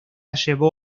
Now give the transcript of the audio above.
llevó